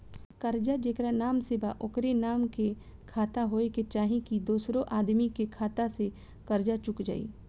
कर्जा जेकरा नाम से बा ओकरे नाम के खाता होए के चाही की दोस्रो आदमी के खाता से कर्जा चुक जाइ?